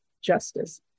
justice